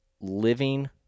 living